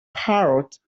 parrot